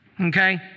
Okay